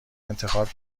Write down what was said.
انتخاب